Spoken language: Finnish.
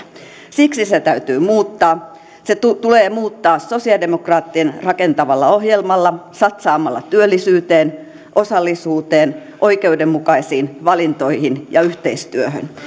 siksi se täytyy muuttaa se tulee muuttaa sosialidemokraattien rakentavalla ohjelmalla satsaamalla työllisyyteen osallisuuteen oikeudenmukaisiin valintoihin ja yhteistyöhön